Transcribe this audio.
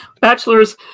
bachelor's